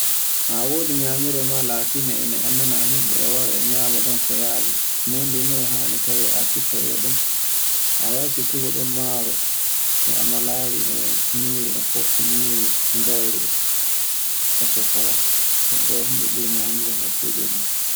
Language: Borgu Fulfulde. A wodi nyamirde ma latinde e ne andadana himɓe wara e nyam ɗon ko yawi. Nyamdu e hani tawe a siffa ire ɗon. A wawi siffugo ɗon maro e amalari e nyiri e fu e nyiri gauri, e sokora e ɗo himbe ɓuri nyamugo nokkuje ɗen.